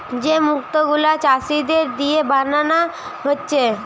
যে মুক্ত গুলা চাষীদের দিয়ে বানানা হচ্ছে